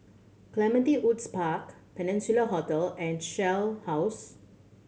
Clementi Woods Park Peninsula Hotel and Shell House